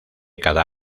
cada